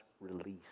release